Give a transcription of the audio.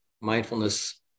mindfulness